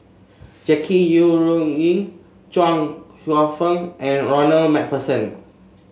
Jackie Yi Ru Ying Chuang Hsueh Fang and Ronald MacPherson